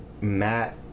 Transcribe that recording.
Matt